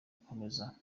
gukomeza